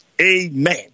Amen